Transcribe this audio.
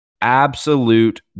Absolute